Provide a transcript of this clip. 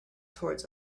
towards